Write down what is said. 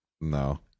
No